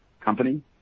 company